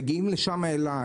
מגיעים אלי לשם,